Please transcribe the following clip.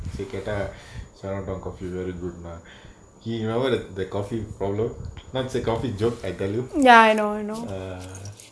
she had ah chinatown coffee very good nah he never the the coffee problem not say coffee joke I tell you ah